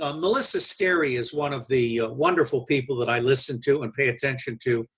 ah mellissa sterry is one of the wonderful people that i listen to and pay attention to.